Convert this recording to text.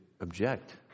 object